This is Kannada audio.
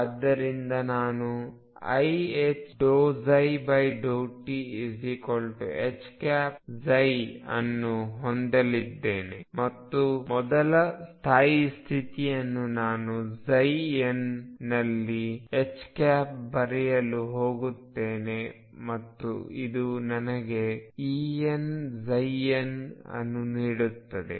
ಆದ್ದರಿಂದ ನಾನುiℏ∂ψ∂tHಅನ್ನು ಹೊಂದಿದ್ದೇನೆ ಮತ್ತು ಮೊದಲ ಸ್ಥಾಯಿ ಸ್ಥಿತಿಯನ್ನು ನಾನು n ನಲ್ಲಿ H ಬರೆಯಲು ಹೋಗುತ್ತೇನೆ ಮತ್ತು ಇದು ನನಗೆ Enn ಅನ್ನು ನೀಡುತ್ತದೆ